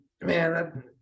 man